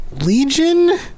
Legion